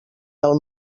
del